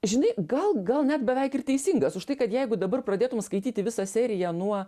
žinai gal gal net beveik ir teisingas už tai kad jeigu dabar pradėtum skaityti visą seriją nuo